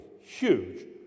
huge